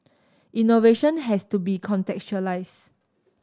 innovation has to be contextualised